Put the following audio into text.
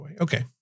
Okay